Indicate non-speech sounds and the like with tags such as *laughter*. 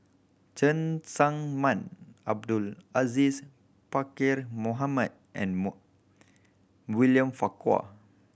Cheng Tsang Man Abdul Aziz Pakkeer Mohamed and *unintelligible* William Farquhar